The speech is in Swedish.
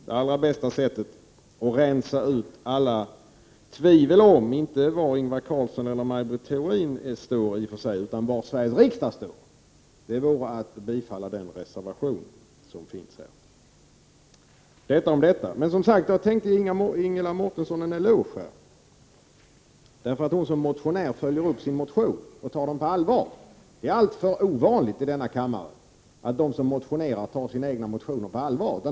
Det allra bästa sättet att rensa ut alla tvivel, inte om var Ingvar Carlsson eller Maj Britt Theorin står, utan om var Sveriges riksdag står, vore att bifalla den reservation som finns i detta fall. Jag tänkte alltså ge Ingela Mårtensson en eloge för att hon som motionär följer upp sin motion och tar den på allvar. Det är alltför ovanligt i denna kammare att de som motionerar tar sina egna motioner på allvar.